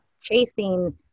chasing